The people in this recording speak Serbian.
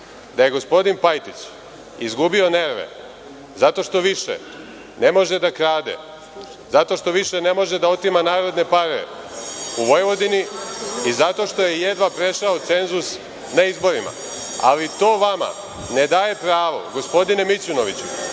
da je gospodin Pajtić izgubio nerve zato što više ne može da krade, zato što više ne može da otima narodne pare u Vojvodini i zato što je jedva prešao cenzus na izborima. Ali, to vama ne daje za pravo, gospodine Mićunoviću,